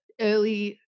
early